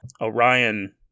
Orion